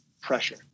pressure